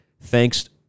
Thanks